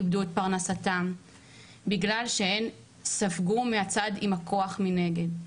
איבדו את פרנסתן בגלל שהן ספגו מהצד עם הכוח מנגד.